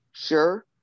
Sure